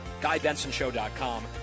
GuyBensonShow.com